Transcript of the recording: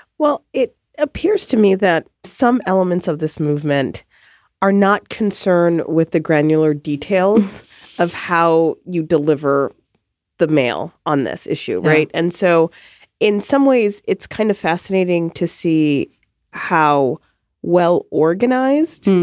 well, it appears to me that some elements of this movement are not concerned with the granular details of how you deliver the mail on this issue. right. and so in some ways, it's. kind of fascinating to see how well organized.